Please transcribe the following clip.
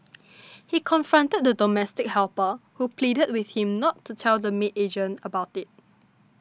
he confronted the domestic helper who pleaded with him not to tell the maid agent about it